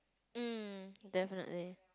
mm definitely